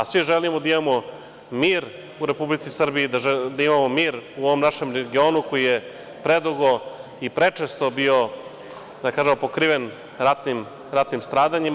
Svi želimo da imamo mir u Republici Srbiji, da želimo da imamo mir u ovom našem regionu koji je predugo i prečesto bio pokriven ratnim stradanjima.